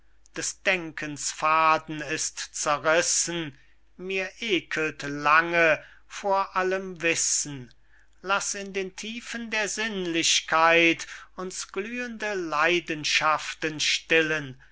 des denkens faden ist zerrissen mir ekelt lange vor allem wissen laß in den tiefen der sinnlichkeit uns glühende leidenschaften stillen